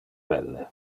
belle